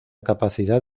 capacidad